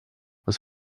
was